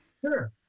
Sure